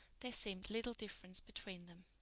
there seemed little difference between them.